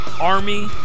Army